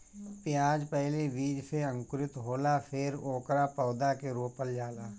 प्याज पहिले बीज से अंकुरित होला फेर ओकरा पौधा के रोपल जाला